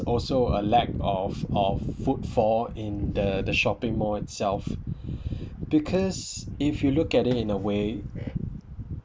also a lack of of footfall in the the shopping mall itself because if you look at it in a way